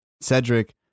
Cedric